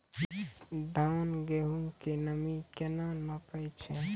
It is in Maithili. धान, गेहूँ के नमी केना नापै छै?